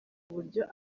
uburyo